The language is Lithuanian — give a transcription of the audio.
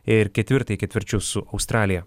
ir ketvirtąjį ketvirčius su australija